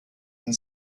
and